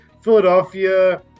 Philadelphia